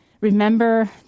remember